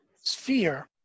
sphere